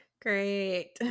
Great